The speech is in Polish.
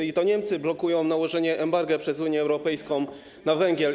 I to Niemcy blokują nałożenie embarga przez Unię Europejską na węgiel.